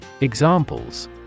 Examples